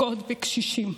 פוגעות בקשישים.